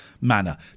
manner